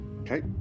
Okay